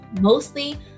mostly